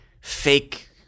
fake